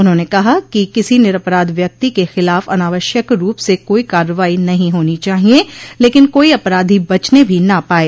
उन्होंने कहा कि किसी निरपराध व्यक्ति के खिलाफ अनावश्यक रूप से कोई कार्रवाई नहों होनी चाहिये लेकिन कोई अपराधी बचने भी न पाये